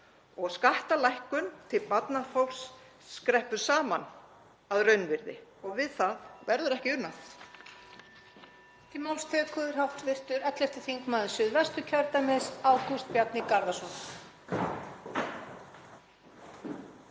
og skattalækkun til barnafólks skreppur saman að raunvirði. Við það verður ekki unað.